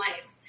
life